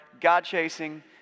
God-chasing